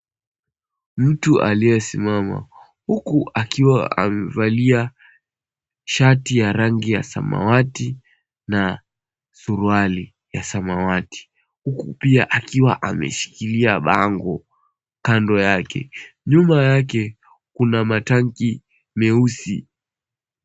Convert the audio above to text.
Mtu aliyesimama huku akiwa amevalia shati ya rangi ya samawati na suruali ya samawati, huku pia akiwa ameshikilia bango kando yake. Nyuma yake kuna matanki meusi.